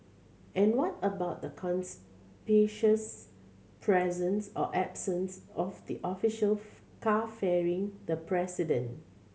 and what about the conspicuous presence or absence of the official car ferrying the president